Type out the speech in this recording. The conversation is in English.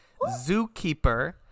zookeeper